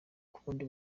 kundi